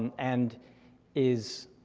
and and is,